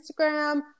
Instagram